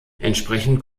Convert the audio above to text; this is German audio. entsprechend